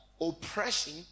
oppression